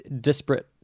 disparate